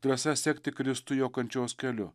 drąsa sekti kristų jo kančios keliu